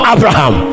Abraham